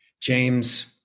James